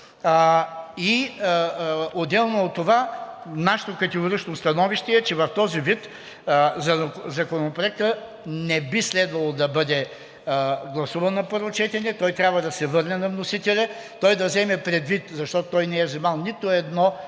и отделно от това, нашето категорично становище е, че в този вид Законопроектът не би следвало да бъде гласуван на първо четене. Той трябва да се върне на вносителя, той да вземе предвид, защото той не е взел нито едно